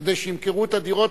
כדי שימכרו את הדירות,